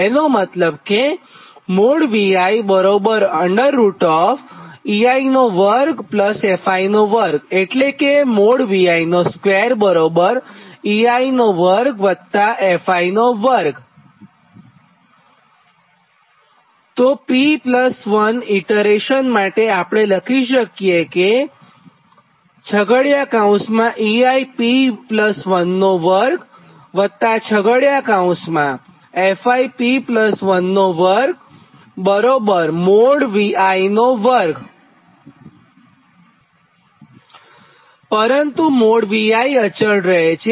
તેનો મતલબ કે P1 ઇટરેશન માટે આપણે લખી શકીએ કે પરંતુ |Vi| અચળ રહે છે